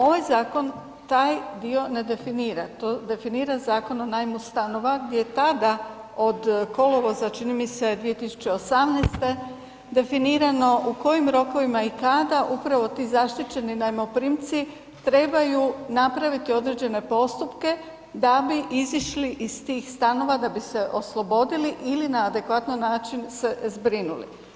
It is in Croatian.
Ovaj zakon taj dio ne definira, to definira Zakon o najmu stanova gdje je tada od kolovoza, čini mi se, 2018. definirano u kojim rokovima i kada upravo ti zaštićeni najmoprimci trebaju napraviti određene postupke da bi izišli iz tih stanova, da bi se oslobodili ili na adekvatan način se zbrinuli.